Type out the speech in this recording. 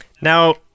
now